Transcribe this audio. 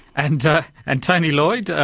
and and tony lloyd,